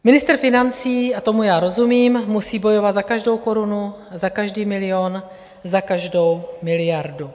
Ministr financí, a tomu já rozumím, musí bojovat za každou korunu, za každý milion, za každou miliardu.